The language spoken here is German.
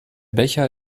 becher